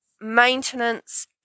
maintenance